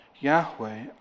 Yahweh